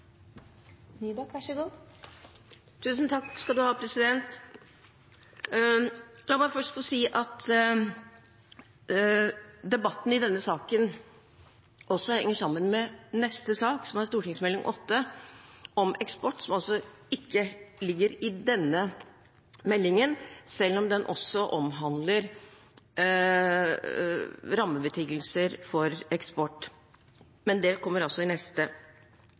La meg først få si at debatten i denne saken også henger sammen med neste sak, som er Meld. St. 8 for 2015–2016, om eksport, som altså ikke ligger i denne meldingen, selv om den omhandler rammebetingelser for eksport. Det kommer i neste